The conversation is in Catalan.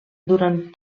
durant